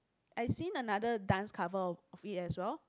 I seen another dance cover of of it as well